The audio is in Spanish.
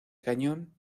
cañón